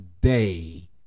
day